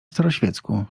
staroświecku